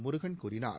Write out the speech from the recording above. முருகன் கூறினார்